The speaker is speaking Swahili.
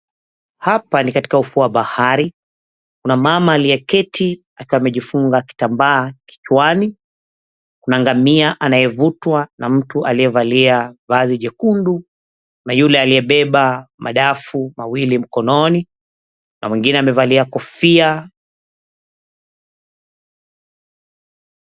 Hapa ni katika ufuo wa bahari. Kuna mama aliyeketi akiwa amejifunga kitambaa kichwani. Kuna ngamia anayevutwa na mtu aliyevalia vazi jekundu na yule aliyebeba madafu mawili mkononi na mwingine amevalia kofia.